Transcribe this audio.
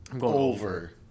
over